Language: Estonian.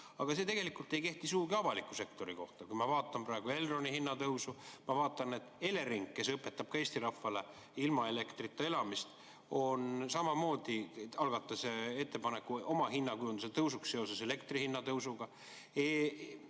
Aga see tegelikult ei kehti sugugi avaliku sektori kohta. Kui ma vaatan praegu Elroni hinnatõusu, kui ma vaatan, et Elering, kes õpetab ka Eesti rahvale ilma elektrita elamist, siis samas algatas ta ettepaneku oma hinnakujunduse [muutmiseks] seoses elektri hinna tõusuga.